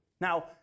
Now